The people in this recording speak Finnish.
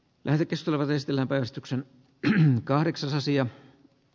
lähetystö vääristellä veistoksen pienen kahdeksansia